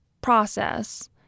process